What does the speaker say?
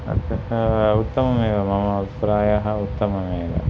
अतः उत्तममेव मम अभिप्रायः उत्तममेव